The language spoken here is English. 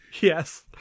Yes